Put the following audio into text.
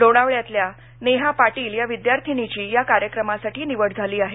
लोणावल्यातल्या नेहा पाटील या विद्यार्थिनीची या कार्यक्रमासाठीनिवड झाली आहे